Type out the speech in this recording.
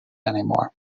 anymore